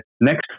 Next